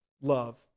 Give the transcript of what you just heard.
love